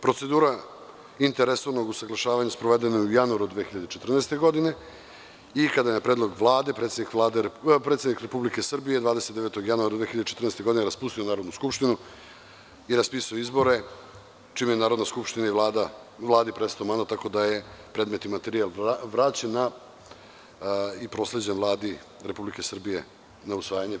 Procedura interresornog usaglašavanja sprovedena je u januaru 2014. godine i kada je na predlog Vlade, predsednik Republike Srbije 29. januara 2014. godine raspustio Narodnu skupštinu i raspisao izbore, čime je Narodnoj skupštini i Vladi prestao mandat, predmetni materijal je vraćen i prosleđen Vladi Republike Srbije na usvajanje.